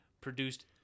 produced